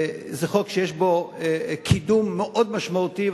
וזה חוק שיש בו קידום מאוד משמעותי,